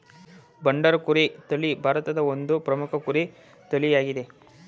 ಬಂಡೂರು ಕುರಿ ತಳಿ ಭಾರತದ ಒಂದು ಪ್ರಮುಖ ಕುರಿ ತಳಿಯಾಗಿದೆ